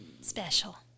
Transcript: special